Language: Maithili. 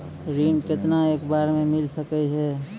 ऋण केतना एक बार मैं मिल सके हेय?